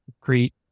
Crete